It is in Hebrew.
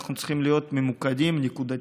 אנחנו צריכים להיות ממוקדים נקודתית,